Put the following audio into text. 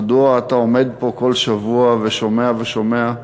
מדוע אתה עומד פה כל שבוע ושומע ושומע.